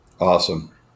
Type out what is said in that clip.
Awesome